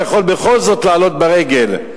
שיכול בכל זאת לעלות ברגל.